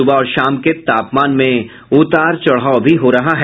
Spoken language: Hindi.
सुबह और शाम के तापमान में उतार चढ़ाव हो रहा है